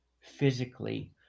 physically